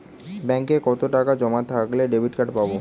ব্যাঙ্কে কতটাকা জমা থাকলে ডেবিটকার্ড পাব?